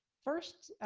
first,